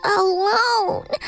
alone